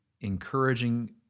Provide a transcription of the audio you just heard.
encouraging